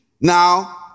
Now